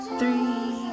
three